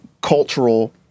cultural